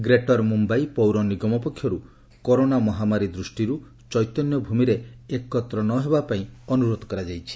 greater Mumbai ପୌର ନିଗମ ପକ୍ଷରୁ କରୋନା ମହାମାରୀ ଦୂଷ୍ଟିରୁ ଚୈତନ୍ୟ ଭୂମିରେ ଏକତ୍ର ନ ହେବାପାଇଁ ଅନ୍ତରୋଧ କରାଯାଇଛି